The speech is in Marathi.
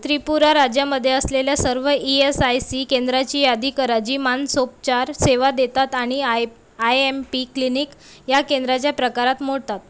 त्रिपुरा राज्यामध्ये असलेल्या सर्व ई एस आय सी केंद्राची यादी करा जी मानसोपचार सेवा देतात आणि I I M P clinic या केंद्राच्या प्रकारात मोडतात